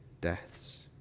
deaths